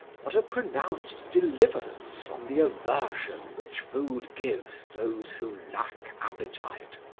what a pronounced deliverance from the aversion which food gives those who lack appetite!